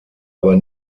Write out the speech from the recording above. aber